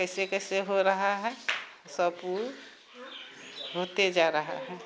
कैसे कैसे हो रहा है सब ओ होते जा रहा है